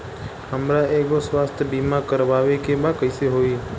हमरा एगो स्वास्थ्य बीमा करवाए के बा कइसे होई?